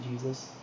Jesus